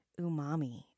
umami